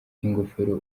ingofero